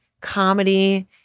comedy